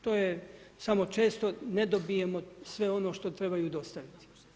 To je samo često ne dobijemo sve ono što trebaju dostaviti.